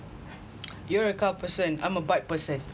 you are a car person I'm a bike person